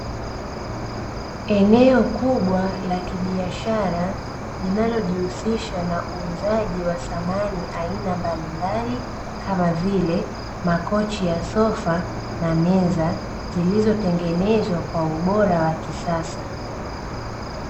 Eneo kubwa la kibiashara linalojihusisha na uuzaji wa samani aina mbalimbali kama vile; makochi ya sofa na meza zilizotengenezwa kwa ubora wa kisasa.